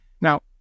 Now